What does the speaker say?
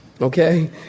Okay